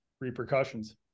repercussions